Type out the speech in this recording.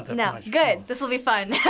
no. no. good. this'll be fun.